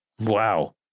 Wow